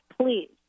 please